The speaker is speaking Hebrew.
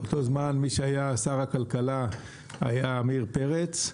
באותו זמן, שר הכלכלה היה עמיר פרץ.